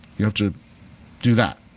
you have to do that.